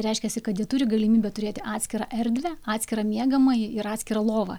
reiškiasi kad jie turi galimybę turėti atskirą erdvę atskirą miegamąjį ir atskirą lovą